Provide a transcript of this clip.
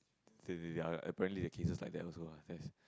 ya ya apparently there're cases like that also lah yes